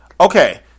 Okay